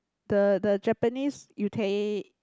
the the Japanese utei